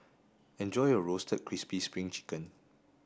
enjoy your roasted crispy spring chicken